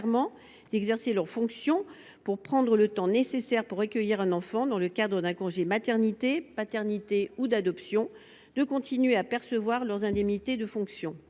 d’exercer leurs fonctions pour prendre le temps nécessaire pour accueillir un enfant dans le cadre d’un congé maternité, maternité ou d’adoption de continuer à percevoir leurs indemnités de fonction.